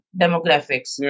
demographics